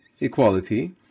equality